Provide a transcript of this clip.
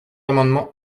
amendements